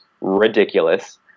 ridiculous